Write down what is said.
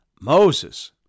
Moses